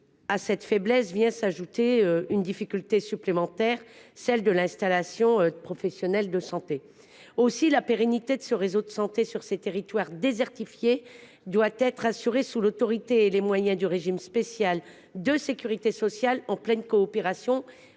de ces territoires ajoute une difficulté supplémentaire à l’installation de professionnels de santé. Aussi, la pérennité de ce réseau de santé sur ces territoires désertifiés doit être assurée sous l’autorité et les moyens du régime spécial de sécurité sociale en pleine coopération